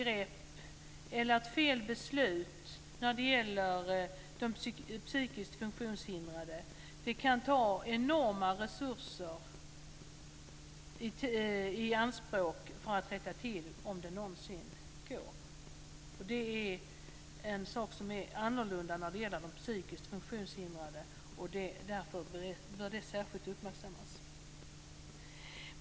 Det kan ta enorma resurser i anspråk att rätta till ett felgrepp eller ett felaktigt beslut när det gäller de psykiskt funktionshindrade, om det någonsin går. Det är en sak som är annorlunda när det gäller de psykiskt funktionshindrade. Därför bör det särskilt uppmärksammas.